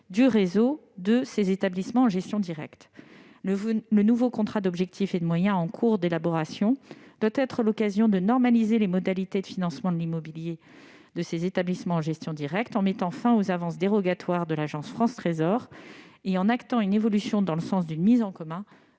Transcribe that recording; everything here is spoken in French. du réseau de ces établissements en gestion directe. Le nouveau contrat d'objectifs et de moyens, en cours d'élaboration, doit être l'occasion de normaliser les modalités de financement de l'immobilier des établissements en gestion directe en mettant fin aux avances dérogatoires de l'Agence France Trésor et en actant une évolution dans le sens d'une mise en commun